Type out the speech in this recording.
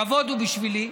כבוד הוא בשבילי.